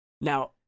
Now